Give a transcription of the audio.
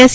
S